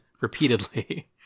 repeatedly